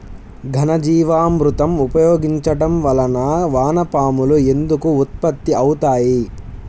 ఘనజీవామృతం ఉపయోగించటం వలన వాన పాములు ఎందుకు ఉత్పత్తి అవుతాయి?